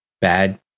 Bad